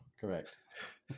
Correct